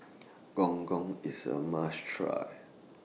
Gong Gong IS A must Try